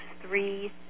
three